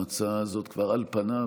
על פניו,